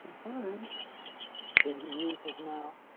heard him did he use his mouth?